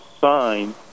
sign